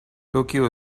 tokyo